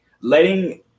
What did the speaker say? letting